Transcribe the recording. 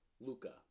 Luca